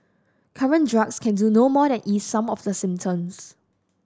current drugs can do no more than ease some of the symptoms